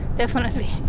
definitely.